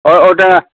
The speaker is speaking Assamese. অ' ঔটেঙা